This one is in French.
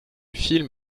film